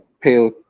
pale